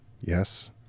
Yes